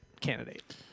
candidate